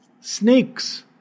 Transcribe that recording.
Snakes